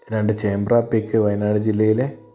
രണ്ട് ചെമ്പ്ര പീക് വയനാട് ജില്ലയിലെ